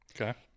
Okay